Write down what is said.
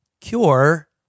cure